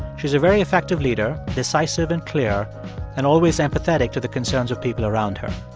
she's a very effective leader, decisive and clear and always empathetic to the concerns of people around her.